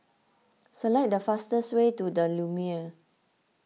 select the fastest way to the Lumiere